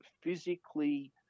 physically